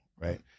right